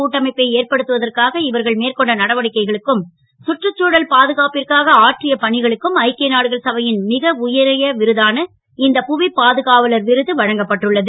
கூட்டமைப்பை ஏற்படுத்துவதற்காக இவர்கள் மேற்கொண்ட நடவடிக்கைகளுக்கும் சுற்றுச்தழல் பாதுகாப்பான பணிகளுக்கும் ஐக்கிய நாடுகள் சபை ன் மிக உயரிய விருதான இந்த புவி பாதுகாவலர் விருது வழங்கப்பட்டுள்ளது